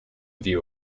view